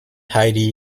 heidi